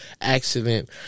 accident